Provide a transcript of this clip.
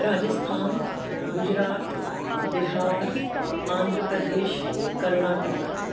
Rajasthan Gujarat Bihar Andhra Pradesh Karnataka